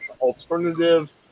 alternative